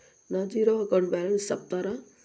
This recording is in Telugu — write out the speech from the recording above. నా జీరో అకౌంట్ బ్యాలెన్స్ సెప్తారా?